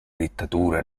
dittatura